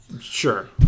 Sure